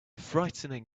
frightening